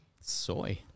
Soy